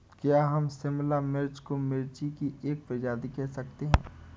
क्या हम शिमला मिर्च को मिर्ची की एक प्रजाति कह सकते हैं?